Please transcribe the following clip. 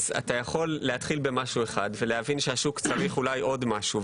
אתה יכול להתחיל במשהו אחד ולהבין שהשוק צריך אולי עוד משהו,